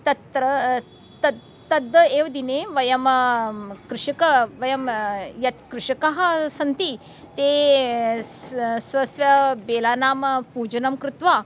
तत्र तत् तदेव दिने वयं कृषकाः वयं ये कृषकाः सन्ति ते स्व स्व बेलानां पूजनं कृत्वा